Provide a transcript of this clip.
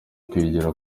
kwigira